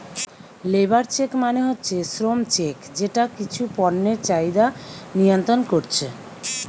labour check মানে হচ্ছে শ্রম চেক যেটা কিছু পণ্যের চাহিদা নিয়ন্ত্রণ কোরছে